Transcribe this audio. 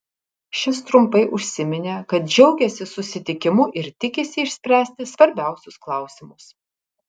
šis trumpai užsiminė kad džiaugiasi susitikimu ir tikisi išspręsti svarbiausius klausimus